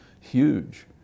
huge